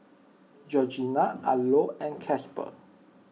Georgina Arlo and Casper